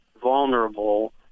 vulnerable